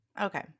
Okay